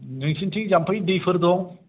नोंसोरनिथिं जाम्फै दैफोर दं